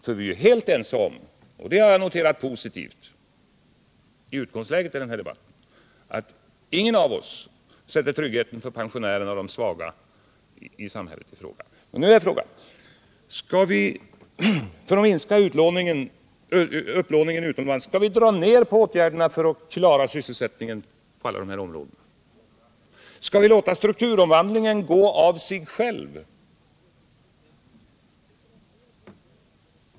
Jag har noterat som positivt i utgångsläget för den här debatten att ingen av oss sätter tryggheten för pensionärerna och de svaga i samhället i fråga. Skall vi, för att minska upplåningen utomlands, dra ner på åtgärderna för att klara sysselsättningen? Skall vi låta strukturomvandlingen gå av sig själv?